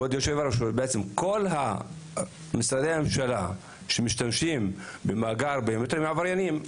כל משרדי הממשלה שמשתמשים במאגרים ביומטריים הם עבריינים,